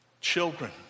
Children